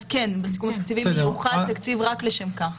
כן בסיכום התקציבי יוחד תקציב רק לשם כך.